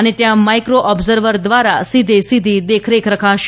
અને ત્યાં micro observer દ્વારા સીધેસીધી દેખરેખ રખાશે